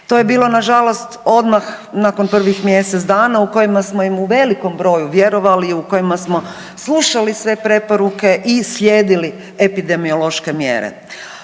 To je bilo nažalost odmah nakon prvih mjesec dana u kojima smo im u velikom broju vjerovali i u kojima smo slušali sve preporuke i slijedili epidemiološke mjere.